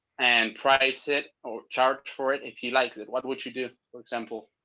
and price it or charge for it, if you liked it, what would you do for example?